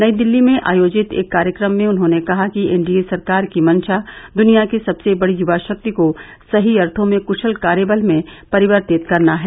नई दिल्ली में आयोजित एक कार्यक्रम में उन्होंने कहा कि एनडीए सरकार की मंशा दुनिया की सबसे बड़ी युवा शक्ति को सही अर्थों में कुशल कार्यबल में परिवर्तित करना है